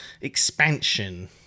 Expansion